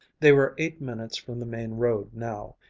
they were eight minutes from the main road now,